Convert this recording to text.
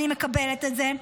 אני מקבלת את זה.